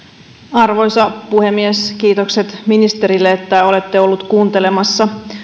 arvoisa puhemies kiitokset ministerille että olette ollut kuuntelemassa